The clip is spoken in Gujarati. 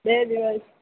બે દિવસ